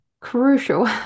crucial